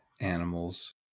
animals